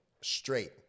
straight